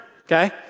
okay